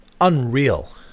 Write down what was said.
unreal